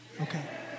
okay